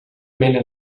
mena